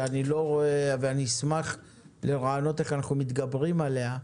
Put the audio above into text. ואני אשמח לרעיונות איך אנחנו מתגברים עליה.